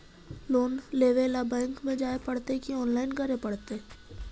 Loan लेवे ल bank में जाय पड़तै कि औनलाइन करे पड़तै?